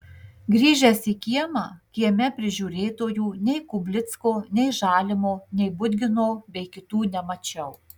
grįžęs į kiemą kieme prižiūrėtojų nei kublicko nei žalimo nei budgino bei kitų nemačiau